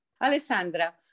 Alessandra